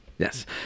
Yes